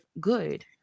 good